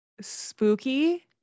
spooky